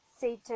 Satan